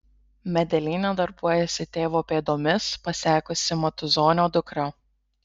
medelyne darbuojasi tėvo pėdomis pasekusi matuzonio dukra